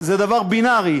זה דבר בינארי.